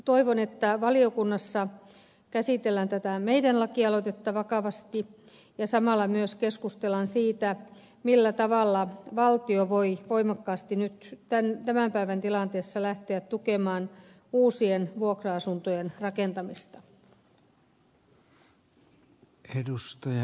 toivon että valiokunnassa käsitellään tätä meidän lakialoitettamme vakavasti ja samalla myös keskustellaan siitä millä tavalla valtio voi voimakkaasti nyt tämän päivän tilanteessa lähteä tukemaan uusien vuokra asuntojen rakentamista